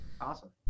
Awesome